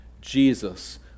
Jesus